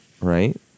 right